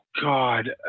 God